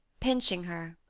pinching her.